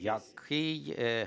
які